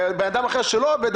ובן-אדם אחר שלא עובד,